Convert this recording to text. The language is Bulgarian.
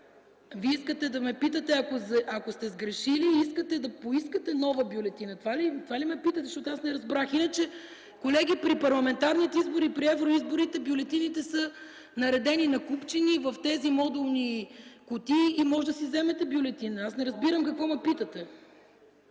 се отчита преференцията. Ако сте сгрешили и искате да поискате нова бюлетина – това ли ме питате? Аз не разбрах. Иначе, колеги, при парламентарните избори и при евроизборите бюлетините са наредени на купчини в тези модулни кутии и можете да си вземете бюлетина. Аз не разбирам какво ме питате.